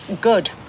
Good